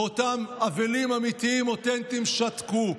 ואותם אבלים אמיתיים, אותנטיים, שתקו.